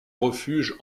refuge